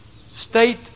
State